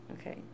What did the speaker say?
Okay